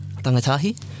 Tangatahi